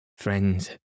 friends